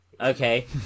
Okay